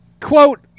Quote